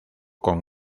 con